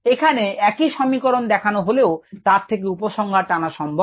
এখানে একই সমীকরণ দেখানো হলেও তার থেকে উপসংহার টানা সম্ভব